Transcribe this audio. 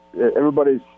everybody's